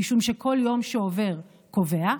משום שכל יום שעובר קובע,